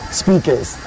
speakers